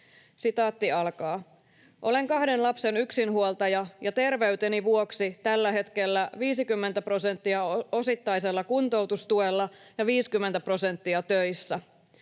jatkuu.” ”Olen kahden lapsen yksinhuoltaja ja terveyteni vuoksi tällä hetkellä 50 prosenttia osittaisella kuntoutustuella ja 50 prosenttia töissä.